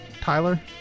Tyler